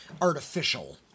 artificial